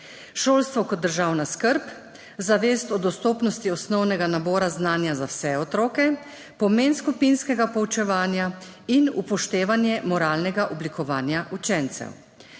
šolstvo kot državna skrb, zavest o dostopnosti osnovnega nabora znanja za vse otroke, pomen skupinskega poučevanja in upoštevanje moralnega oblikovanja učencev.